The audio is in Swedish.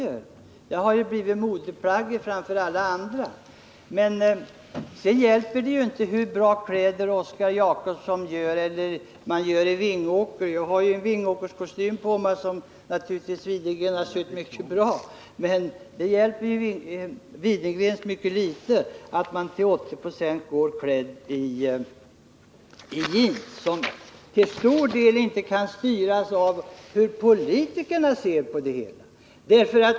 Dessa plagg har ju blivit modeplaggen framför alla andra. Men sen hjälper det ju inte att Oscar Jacobson eller Widengrens i Vingåker gör bra kläder. Jag har en Vingåkerskostym på mig, som Widengrens har sytt mycket bra. Men det hjälper ju inte Widengrens särskilt mycket, när folk till 80 26 går klädda i jeans — ett förhållande som till stor del inte kan styras av politikernas syn på det hela.